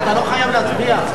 להצביע.